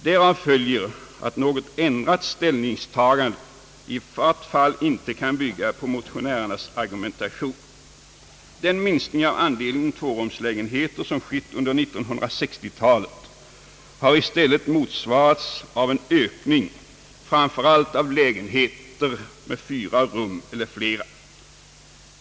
Därav följer att något ändrat ställningstagande i vart fall inte kan bygga på motionärernas argumentation. Den minskning av andelen 2-rumslägenheter som skett under 1960-talet har i stället motsvarats av en ökning av framför allt lägenheter med 4 rum eller flera.